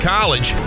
College